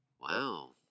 Wow